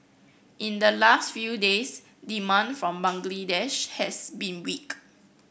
in the last few days demand from Bangladesh has been weak